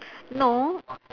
no